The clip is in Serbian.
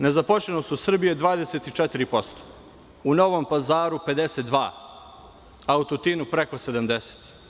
Nezaposlenost u Srbiji je 24%, u Novom Pazaru 52%, a u Tutinu preko 70%